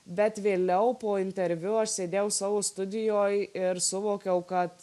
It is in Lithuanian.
bet vėliau po interviu aš sėdėjau savo studijoj ir suvokiau kad